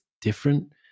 different